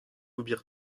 ober